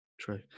True